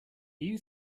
you